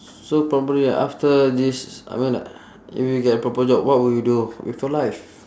so probably after this I mean like if you get a proper job what will you do with your life